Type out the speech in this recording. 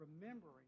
remembering